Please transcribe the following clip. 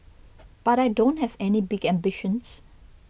but I don't have any big ambitions